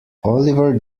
oliver